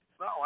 No